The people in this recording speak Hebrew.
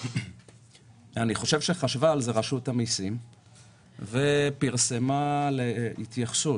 אני חושב שרשות המסים חשבה על זה ופרסמה להתייחסות